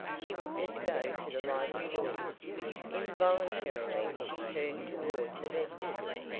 she would just go to the library door involuntarily she turned toward the vestibule.